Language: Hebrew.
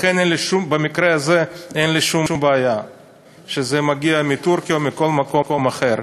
לכן במקרה הזה אין לי שום בעיה שזה מגיע מטורקיה או מכל מקום אחר.